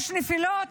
יש נפילות,